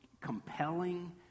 compelling